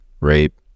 rape